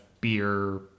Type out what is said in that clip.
beer